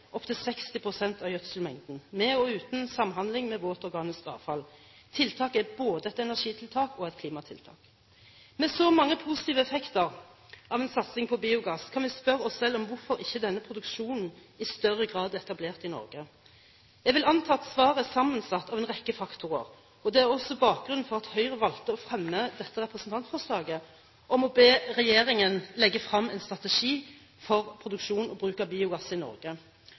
opptil 60 pst. av gjødselmengden med og uten samhandling med våtorganisk avfall. Tiltaket er både et energitiltak og et klimatiltak. Med så mange positive effekter av en satsing på biogass kan vi spørre oss selv om hvorfor ikke denne produksjonen i større grad er etablert i Norge. Jeg vil anta at svaret er sammensatt av en rekke faktorer. Det er også bakgrunnen for at Høyre valgte å fremme dette representantforslaget om å be regjeringen legge frem en strategi for produksjon og bruk av biogass i Norge,